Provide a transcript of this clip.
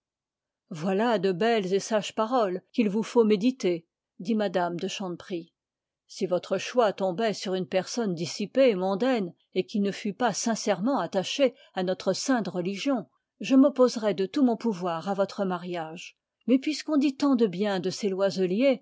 voilà de belles et sages paroles qu'il faut méditer dit mme de chanteprie si votre choix tombait sur une personne dissipée mondaine et qui ne fût pas sincèrement attachée à notre sainte religion je m'opposerais de tout mon pouvoir à votre mariage mais puisqu'on dit tant de bien de ces loiselier